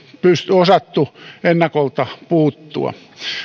osattu ennakolta puuttua